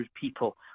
people